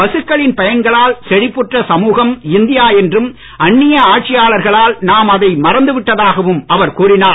பசுக்களின் பயன்களால் செழிப்புற்ற சமூகம் இந்தியா என்றும் அந்நிய ஆட்சியாளர்களால் நாம் அதை மறந்து விட்டதாகவும் அவர் கூறினார்